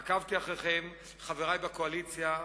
עקבתי אחריכם, חברי בקואליציה,